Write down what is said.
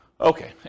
Okay